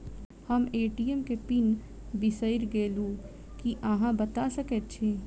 हम ए.टी.एम केँ पिन बिसईर गेलू की अहाँ बता सकैत छी?